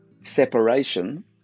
separation